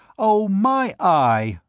oh, my eye!